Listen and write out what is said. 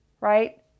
right